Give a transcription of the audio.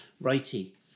righty